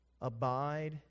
Abide